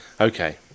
Okay